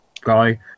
guy